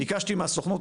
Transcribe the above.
ביקשתי מהסוכנות,